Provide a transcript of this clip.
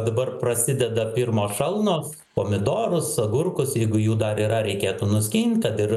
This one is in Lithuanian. dabar prasideda pirmos šalnos pomidorus agurkus jeigu jų dar yra reikėtų nuskint kad ir